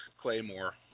Claymore